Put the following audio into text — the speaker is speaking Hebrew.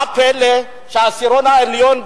מה הפלא שהעשירון העליון,